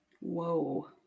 Whoa